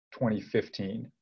2015